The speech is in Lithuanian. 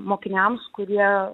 mokiniams kurie